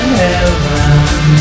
heaven